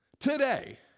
Today